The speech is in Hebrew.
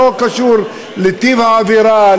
לא קשור לטיב העבירה,